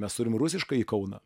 mes turim rusiškąją kauną